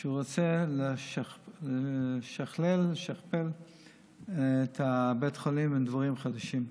והוא רצה לשכלל את בית החולים בדברים חדשים.